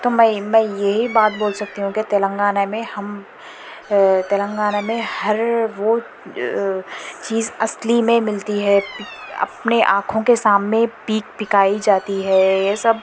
تو میں میں یہی بات بول سکتی ہوں کہ تلنگانہ میں ہم تلنگانہ میں ہر وہ چیز اصلی میں ملتی ہے اپنے آنکھوں کے سامنے پیک پکائی جاتی ہے یہ سب